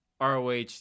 ROH